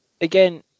again